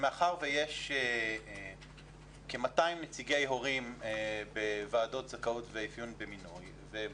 מאחר שיש 200 נציגי הורים בוועדות זכאות ואפיון במינוי והם